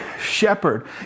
shepherd